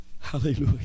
hallelujah